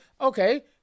okay